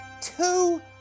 two